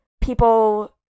people